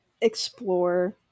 explore